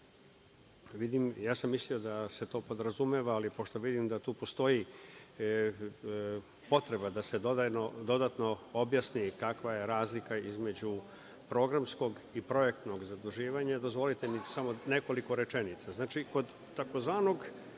sam da se to podrazumeva, ali pošto vidim da tu postoji potreba da se dodatno objasni kakva je razlika između programskog i projektnog zaduživanja, dozvolite samo nekoliko rečenica. Znači,